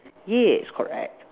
yes correct